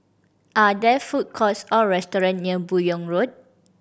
are there food courts or restaurant near Buyong Road